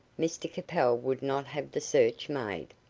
mr capel would not have the search made.